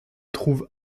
trouve